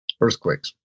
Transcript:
earthquakes